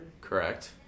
Correct